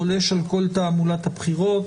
חולש על כל תעמולת הבחירות.